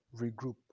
regroup